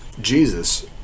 Jesus